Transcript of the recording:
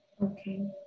okay